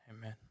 Amen